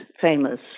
famous